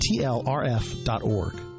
tlrf.org